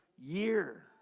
year